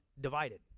divided